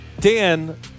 Dan